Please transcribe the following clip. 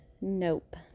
nope